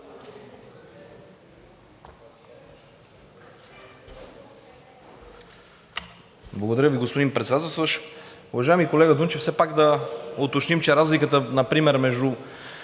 Благодаря Ви, господин Председателстващ. Уважаеми колега Дунчев, все пак да уточним, че разликата например между